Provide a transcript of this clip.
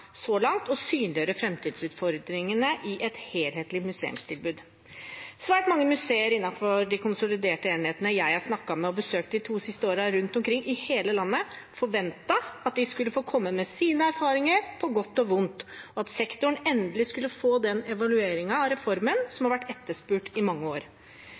så langt og synliggjøre framtidsutfordringer i et helhetlig museumstilbud». Svært mange museer innenfor de konsoliderte enhetene jeg har snakket med og besøkt de to siste årene rundt omkring i hele landet, forventet at de skulle få komme med sine erfaringer på godt og vondt, og at sektoren endelig skulle få den evalueringen av reformen som har vært etterspurt i mange år.